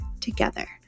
together